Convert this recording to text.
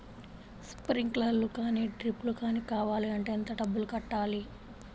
Sprinkler కానీ డ్రిప్లు కాని కావాలి అంటే ఎంత డబ్బులు కట్టాలి?